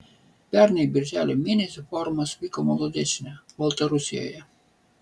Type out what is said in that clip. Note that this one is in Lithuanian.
pernai birželio mėnesį forumas vyko molodečne baltarusijoje